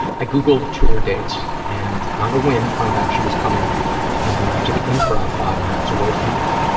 i googled tour dates, and on a whim found out she was coming to the improv, five miles away from me.